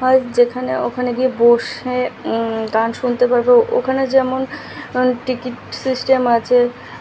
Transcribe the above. হয় যেখানে ওখানে গিয়ে বসে গান শুনতে পারবো ওখানে যেমন টিকিট সিস্টেম আছে